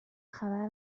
خبر